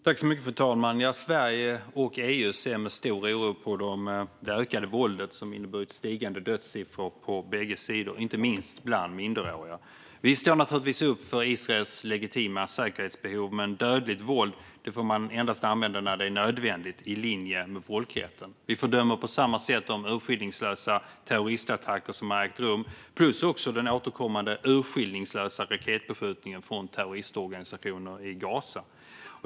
Fru talman! Sverige och EU ser med stor oro på det ökade våldet som inneburit stigande dödssiffror på bägge sidor, inte minst bland minderåriga. Vi står givetvis upp för Israels legitima säkerhetsbehov, men dödligt våld får endast användas när det är nödvändigt, i linje med folkrätten. Vi fördömer på samma sätt de urskillningslösa terroristattacker som har ägt rum plus den återkommande urskillningslösa raketbeskjutningen från terroristorganisationer i Gaza.